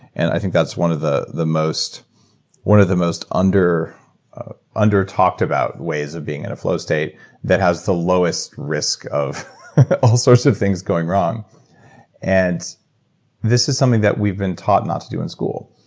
and i think that's one of the the most one of the most under under talked about ways of being in a flow state that has the lowest risk of all sorts of things going wrong and this is something that we've been taught not to do in school.